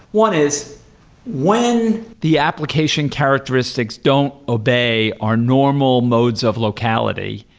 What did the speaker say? one is when the application characteristics don't obey our normal modes of locality,